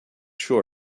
sure